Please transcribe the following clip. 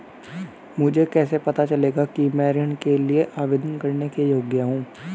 मुझे कैसे पता चलेगा कि मैं ऋण के लिए आवेदन करने के योग्य हूँ?